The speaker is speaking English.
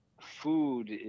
food